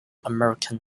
american